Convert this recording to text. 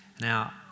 Now